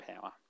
power